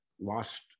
lost